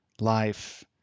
life